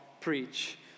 preach